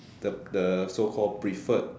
the the so call preferred